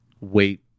wait